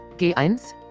G1